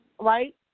right